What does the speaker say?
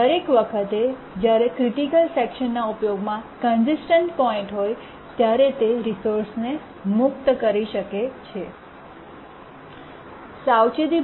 દરેક વખતે જ્યારે ક્રિટિકલ સેકશન ના ઉપયોગમાં કન્સિસ્ટન્ટ પોઇન્ટ હોય ત્યારે તે રિસોર્સને મુક્ત કરે છે